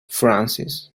francis